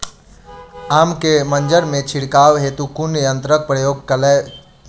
आम केँ मंजर मे छिड़काव हेतु कुन यंत्रक प्रयोग कैल जाय?